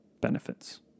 benefits